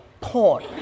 porn